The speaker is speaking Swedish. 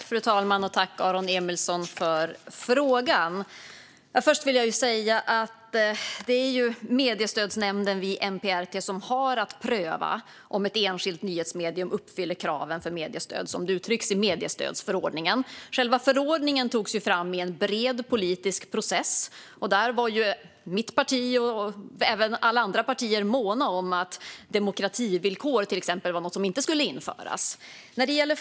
Fru talman! Jag tackar Aron Emilsson för frågan. Låt mig först säga att det är mediestödsnämnden vid MPRT som har att pröva om ett enskilt nyhetsmedium uppfyller kraven för mediestöd som det uttrycks i mediestödsförordningen. Själva förordningen togs fram i en bred politisk process där alla partier var måna om att till exempel demokrativillkor inte skulle införas.